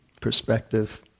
perspective